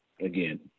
again